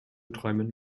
träumen